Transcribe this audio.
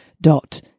dot